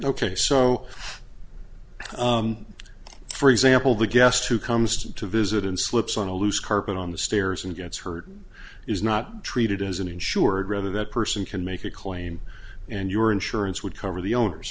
so for example the guest who comes to visit and slips on a loose carpet on the stairs and gets hurt is not treated as an insured rather that person can make a claim and your insurance would cover the owners